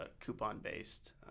coupon-based